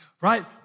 right